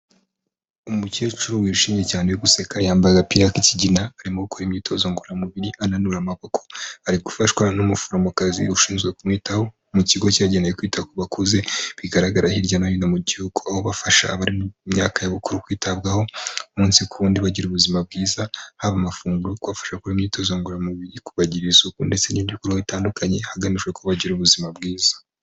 Umukecuru wishimye cyane uri guseka, yambaye agapira k'ikigina, arimo gukora imyitozo ngororamubiri, ananura amaboko. Ari gufashwa n'umuforomokazi ushinzwe kumwitaho, mu kigo cyagenewe kwita ku bakuze bigaragara hirya no hino mu gihugu, aho bafasha abari mu myaka ya bukuru kwitabwaho umunsi ku wundi bagira ubuzima bwiza, haba amafunguro, kubafasha gukora imyitozo ngororamubiri, kubagirira isuku ndetse n'ibindi bitandukanye, hagamijwe ko bagira ubuzima bwiza.